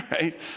Right